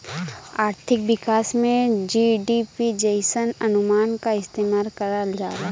आर्थिक विकास में जी.डी.पी जइसन अनुमान क इस्तेमाल करल जाला